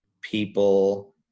people